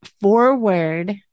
forward